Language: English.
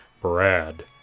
Brad